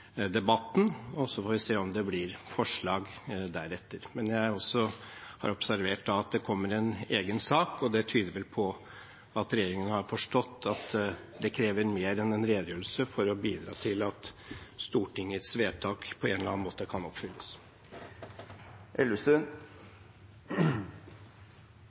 debatten, og så får vi se om det blir forslag deretter. Men jeg har også observert at det kommer en egen sak, og det tyder vel på at regjeringen har forstått at det krever mer enn en redegjørelse for å bidra til at Stortingets vedtak på en eller annen måte kan oppfylles.